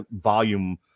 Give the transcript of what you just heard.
volume